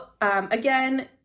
again